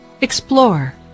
Explore